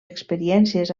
experiències